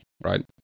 Right